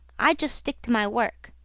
i just stick to my work.